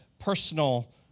personal